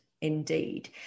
indeed